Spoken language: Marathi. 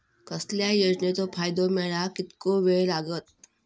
कसल्याय योजनेचो फायदो मेळाक कितको वेळ लागत?